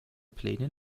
pläne